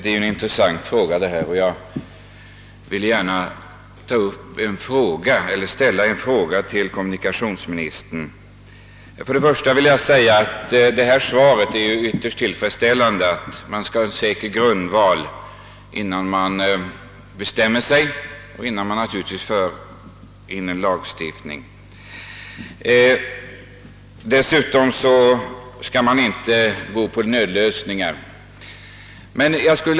Herr talman! Detta är en intressant fråga och jag finner kommunikationsministerns svar ytterst tillfredsställande. Man vill alltså ha en säker grundval innan man lagstiftar, och man vill inte föreslå några nödlösningar.